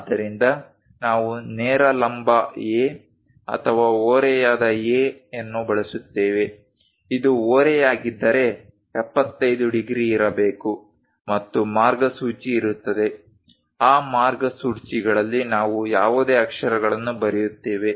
ಆದ್ದರಿಂದ ನಾವು ನೇರ ಲಂಬ A ಅಥವಾ ಓರೆಯಾದ A ಅನ್ನು ಬಳಸುತ್ತೇವೆ ಇದು ಓರೆಯಾಗಿದ್ದರೆ 75 ಡಿಗ್ರಿ ಇರಬೇಕು ಮತ್ತು ಮಾರ್ಗಸೂಚಿ ಇರುತ್ತದೆ ಆ ಮಾರ್ಗಸೂಚಿಗಳಲ್ಲಿ ನಾವು ಯಾವುದೇ ಅಕ್ಷರಗಳನ್ನು ಬರೆಯುತ್ತೇವೆ